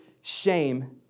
shame